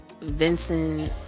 Vincent